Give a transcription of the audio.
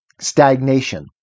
stagnation